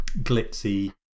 glitzy